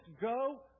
go